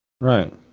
Right